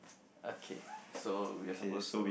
okay so we are supposed to